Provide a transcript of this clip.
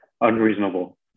unreasonable